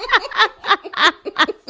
yeah i